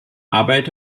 arbeit